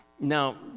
Now